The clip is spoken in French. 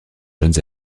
jeunes